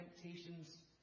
temptations